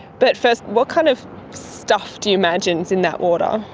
but first, what kind of stuff do you imagine is in that water?